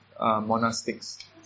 monastics